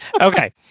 Okay